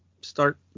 start